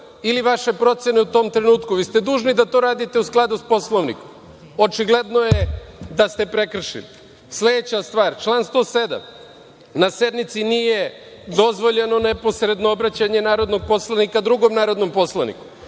ili vaše procene u tom trenutku, vi ste dužni da to radite u skladu sa Poslovnikom. Očigledno je da ste prekršili. Sledeća stvar. Član 107. Na sednici nije dozvoljeno neposredno obraćanje narodnog poslanika drugom narodnom poslaniku,